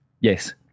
Yes